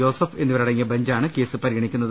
Joseph എന്നിവരടങ്ങിയ ബഞ്ചാണ് case പരിഗണിക്കുന്നത്